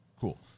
Cool